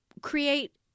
create